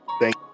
Thank